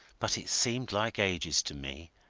but it seemed like ages to me,